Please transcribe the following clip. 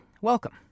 Welcome